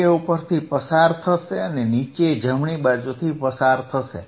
તે ઉપરથી પસાર થશે અને નીચે જમણી બાજુથી પસાર થશે